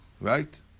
Right